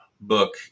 book